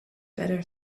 better